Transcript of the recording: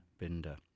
Binder